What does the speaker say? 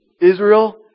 Israel